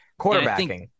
quarterbacking